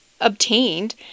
obtained